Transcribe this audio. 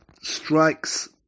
strikes